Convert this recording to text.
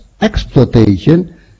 exploitation